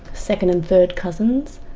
second and third cousins,